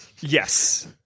Yes